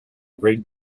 great